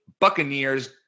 Buccaneers